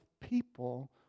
people